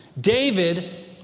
David